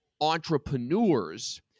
entrepreneurs